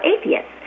atheists